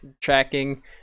tracking